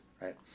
right